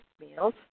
meals